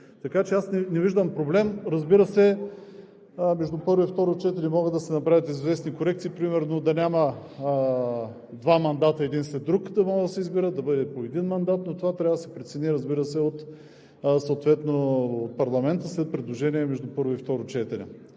нещо, и аз не виждам проблем. Разбира се, между първо и второ четене могат да се направят известни корекции, примерно да няма два мандата един след друг, да се избират за по един мандат. Това трябва да се прецени, разбира се, съответно от парламента след предложения между първо и второ четене.